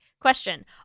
Question